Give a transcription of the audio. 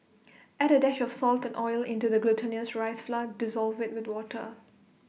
add A dash of salt and oil into the glutinous rice flour dissolve IT with water